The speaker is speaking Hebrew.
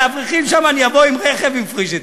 לאברכים שם אני אבוא עם רכב עם פריג'ידר,